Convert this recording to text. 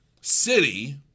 city